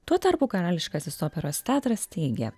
tuo tarpu karališkasis operos teatras teigia